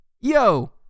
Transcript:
yo